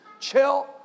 chill